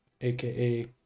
aka